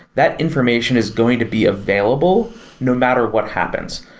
that information is going to be available no matter what happens.